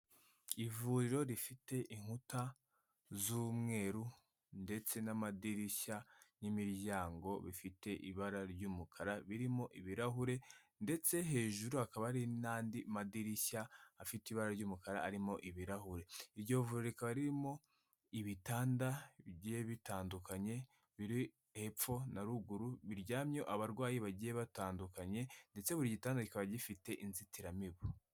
Ivuriro rifite inkuta z'umweru ndetse n'amadirishya n'imiryango bifite ibara ry'umukara birimo ibirahure, ndetse hejuru hakaba hari n'andi madirishya afite ibara ry'umukara arimo ibirahure. Iryo vuriro rikaba ririmo ibitanda bigiye bitandukanye biri hepfo na ruguru biryamyeho abarwayi bagiye batandukanye. Ndetse buri gitanda kikaba gifite inzitiramibu.